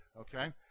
Okay